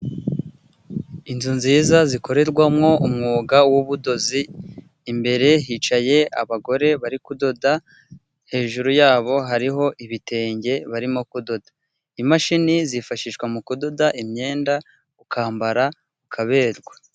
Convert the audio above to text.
Inzu nziza zikorerwamo umwuga w'ubudozi imbere hicaye abagore bari kudoda, hejuru yabo hariho ibitenge barimo kudoda, imashini zifashishwa mu kudoda imyenda ukambara ukaberwa.